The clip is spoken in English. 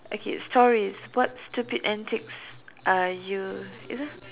okay stories what stupid antics are you